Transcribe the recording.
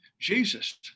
Jesus